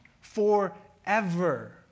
forever